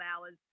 hours